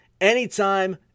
anytime